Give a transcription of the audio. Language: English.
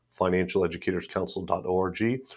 financialeducatorscouncil.org